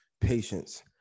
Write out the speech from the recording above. patience